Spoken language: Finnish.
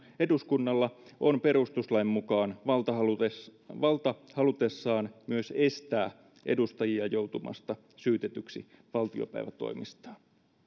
eduskunnalla on perustuslain mukaan valta halutessaan valta halutessaan myös estää edustajia joutumasta syytetyksi valtiopäivätoimistaan